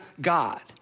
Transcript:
God